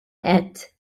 għedt